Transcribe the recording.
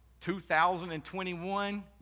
2021